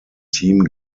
team